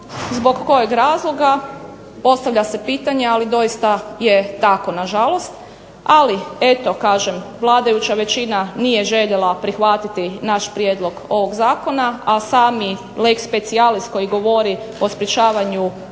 Zbog kojeg razloga? Postavlja se pitanje, ali doista je tako na žalost. Ali eto kažem, vladajuća većina nije željela prihvatiti naš prijedlog ovog zakona, a sami lex specialis koji govori o sprječavanju